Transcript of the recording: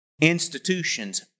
Institutions